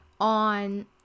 on